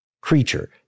creature